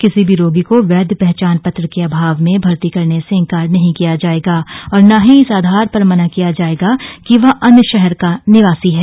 किसी भी रोगी को वैध पहचान पत्र के अभाव में भर्ती करने से इंकार नहीं किया जाएगा और ना ही इस आधार पर मना किया जाएगा कि वह अन्य शहर का निवासी है